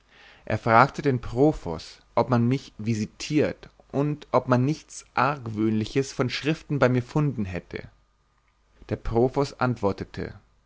er fragte den profos ob man mich visitiert und ob man nichts argwöhnliches von schriften bei mir funden hätte der profos antwortete